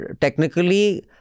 technically